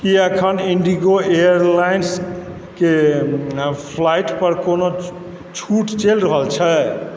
की अखन इंडिगो एयरलाइन्स के फ्लाईट पर कोनो छूट चलि रहल छै